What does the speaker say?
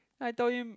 then I told him